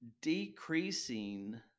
decreasing